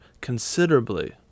considerably